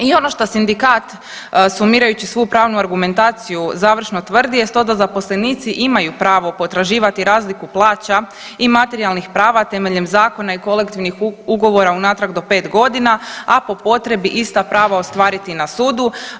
I ono šta sindikat sumirajući svu pravnu argumentaciju završno tvrdi jest to da zaposlenici imaju pravo potraživati razliku plaća i materijalnih prava temeljem zakona i kolektivnih ugovora unatrag do 5 godina, a po potrebi ista prava ostvariti na sudu.